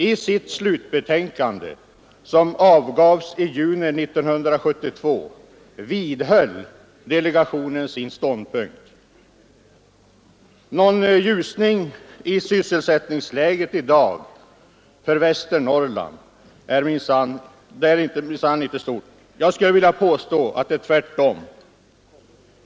I sitt slutbetänkande, som avgavs ijuni 1972, vidhöll delegationen sin ståndpunkt. Någon ljusning i sysselsättningsläget i dag för Västernorrland är det minsann inte fråga om. Jag skulle vilja påstå motsatsen.